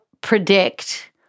predict